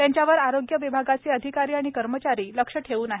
त्यांच्यावर आरोग्य विभागाचे अधिकारी कर्मचारी लक्ष ठेवून आहेत